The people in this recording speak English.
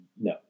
No